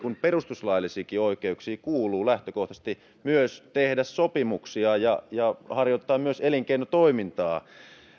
perustuslaillisiinkin oikeuksiin kuuluu lähtökohtaisesti myös tehdä sopimuksia ja ja harjoittaa myös elinkeinotoimintaa